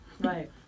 Right